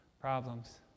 problems